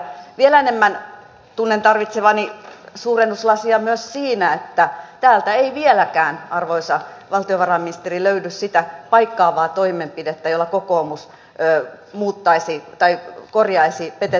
vielä enemmän tunnen tarvitsevani suurennuslasia myös siinä että täältä ei vieläkään arvoisa valtiovarainministeri löydy sitä paikkaavaa toimenpidettä jolla kokoomus korjaisi petetyn vaalilupauksensa